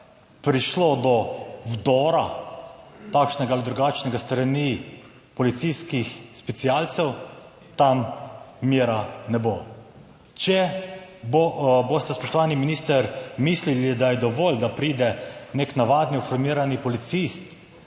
prišlo do vdora takšnega ali drugačnega s strani policijskih specialcev, tam miru ne bo. Če boste, spoštovani minister, mislili, da je dovolj, da pride nek navadni uniformirani policist